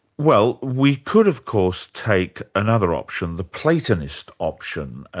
well, we could of course take another option, the platonist option,